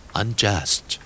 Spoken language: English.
unjust